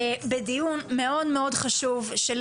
בדיון מאוד-מאוד חשוב שלי,